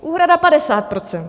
Úhrada 50 %.